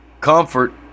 comfort